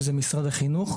שזה משרד החינוך,